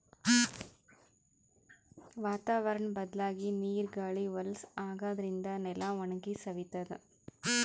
ವಾತಾವರ್ಣ್ ಬದ್ಲಾಗಿ ನೀರ್ ಗಾಳಿ ಹೊಲಸ್ ಆಗಾದ್ರಿನ್ದ ನೆಲ ಒಣಗಿ ಸವಿತದ್